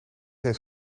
eens